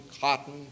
cotton